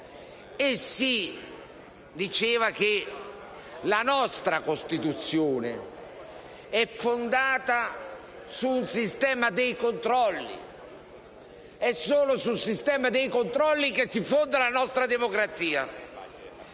e si sosteneva che la nostra Costituzione è fondata sul sistema dei controlli. È solo sul sistema dei controlli che si fonda la nostra democrazia.